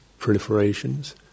proliferations